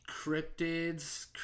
cryptids